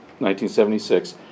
1976